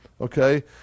Okay